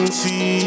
see